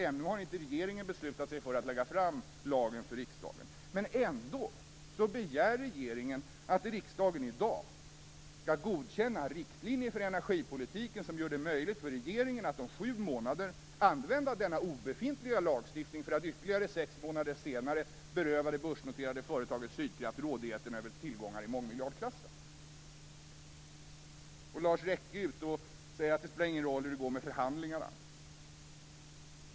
Ännu har regeringen inte beslutat sig för att lägga fram lagen för riksdagen. Ändå begär regeringen att riksdagen i dag skall godkänna riktlinjer för energipolitiken som gör det möjligt för regeringen att om sju månader använda denna obefintliga lagstiftning för att ytterligare sex månader senare beröva det börsnoterade företaget Sydkraft rådigheten över tillgångar i mångmiljardklassen. Lars Recke säger att det inte spelar någon roll hur det går med förhandlingarna.